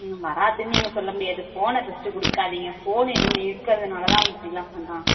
ம் வராதுன்னு நீங்கள் சொல்லமுடியாது ஃபோனை ஃபஸ்ட்டு கொடுக்காதிங்க ஃபோனு இது இருக்கிறதுனாலதான் அவன் இப்படிலாம் பண்ணுறான்